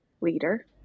leader